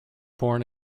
born